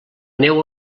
neu